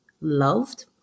loved